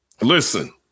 Listen